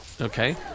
okay